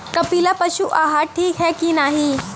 कपिला पशु आहार ठीक ह कि नाही?